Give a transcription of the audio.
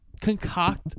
concoct